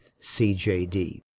CJD